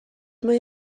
mae